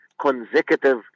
consecutive